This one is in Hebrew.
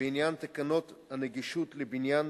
בעניין תקנות הנגישות לבניין